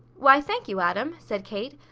why, thank you, adam! said kate.